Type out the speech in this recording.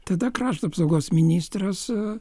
tada krašto apsaugos ministras